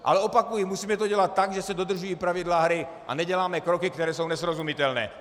Ale opakuji, musíme to dělat tak, že se dodržují pravidla hry, a neděláme kroky, které jsou nesrozumitelné.